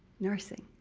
nursing.